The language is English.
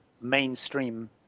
mainstream